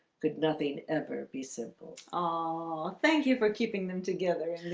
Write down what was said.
could nothing ever be simple? oh thank you for keeping them together.